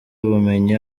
ubumenyi